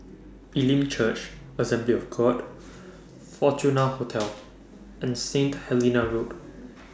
Elim Church Assembly of God Fortuna Hotel and Saint Helena Road